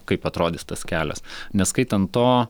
kaip atrodys tas kelias neskaitant to